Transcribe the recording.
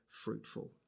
fruitful